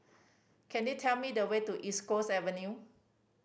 could you tell me the way to East Coast Avenue